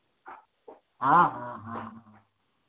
हाँ हाँ हाँ हाँ